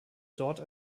dort